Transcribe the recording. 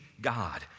God